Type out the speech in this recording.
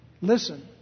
listen